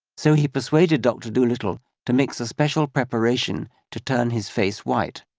so he persuaded dr dolittle to mix a special preparation to turn his face white.